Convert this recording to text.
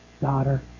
daughter